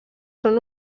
són